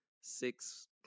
six